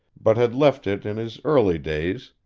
but had left it in his early days,